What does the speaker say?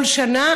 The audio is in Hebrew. כל שנה,